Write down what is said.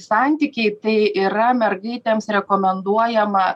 santykiai tai yra mergaitėms rekomenduojama